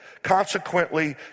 consequently